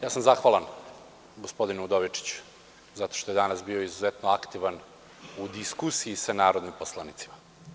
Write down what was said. Zahvalan sam gospodinu Udovičiću zato što je danas bio izuzetnoaktivan u diskusiji sa narodnim poslanicima.